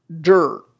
dirt